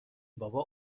بابا